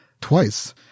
twice